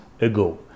ago